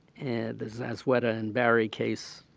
the zazueta and barry case,